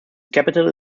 capital